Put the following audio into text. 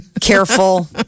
Careful